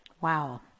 Wow